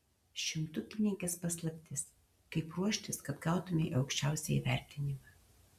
šimtukininkės paslaptis kaip ruoštis kad gautumei aukščiausią įvertinimą